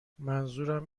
منظورم